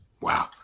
Wow